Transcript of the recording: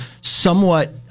somewhat